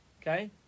Okay